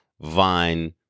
vine